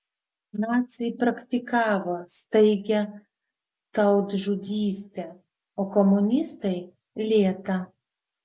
naciai praktikavo staigią tautžudystę o komunistai lėtą